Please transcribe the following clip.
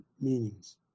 meanings